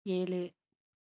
ஏழு